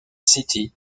city